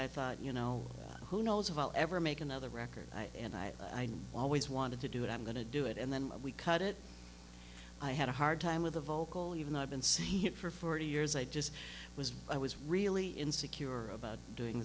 i thought you know who knows if i'll ever make another record and i always wanted to do it i'm going to do it and then we cut it i had a hard time with the vocal even though i've been saying it for forty years i just was i was really insecure about doing